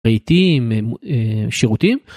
רהיטים שירותים.